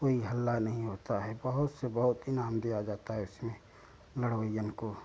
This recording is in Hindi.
कोई हल्ला नहीं होता है बहुत से बहुत इनाम दिया जाता है इसमें लड़वइयन को